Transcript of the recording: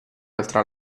oltre